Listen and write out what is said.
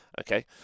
Okay